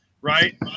Right